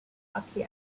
hockey